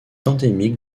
endémique